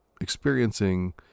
experiencing